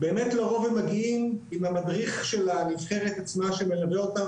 באמת לרוב הם מגיעים עם המדריך של הנבחרת שמלווה אותם